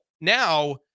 now